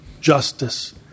justice